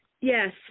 Yes